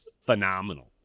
phenomenal